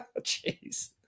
Jeez